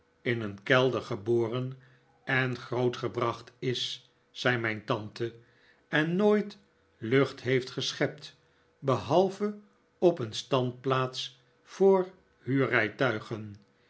in een kelder geboren en grootgebracht is zei mijn tante en nooit lucht heeft geschept behalve op een standplaats voor huurrijtuigen